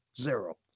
Zero